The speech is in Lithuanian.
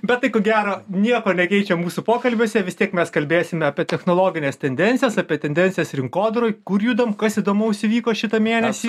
bet tai ko gero nieko nekeičia mūsų pokalbiuose vis tiek mes kalbėsime apie technologines tendencijas apie tendencijas rinkodaroj kur judam kas įdomaus įvyko šitą mėnesį